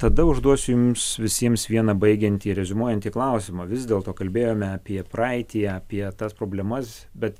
tada užduosiu jums visiems vieną baigiantį reziumuojanti klausimą vis dėlto kalbėjome apie praeitį apie tas problemas bet